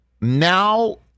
now